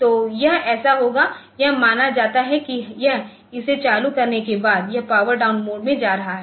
तो यह ऐसा होगा यह माना जाता है कि यह इसे चालू करने के बाद यह पावर डाउन मोड में जा रहा है